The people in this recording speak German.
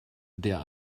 der